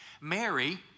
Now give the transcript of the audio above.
Mary